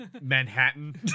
Manhattan